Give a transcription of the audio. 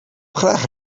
graag